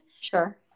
Sure